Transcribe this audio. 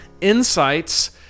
insights